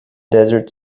desert